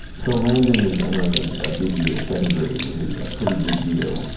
so landon is entering a big year, second grade, which is a pretty big deal.